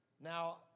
now